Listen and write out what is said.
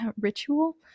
ritual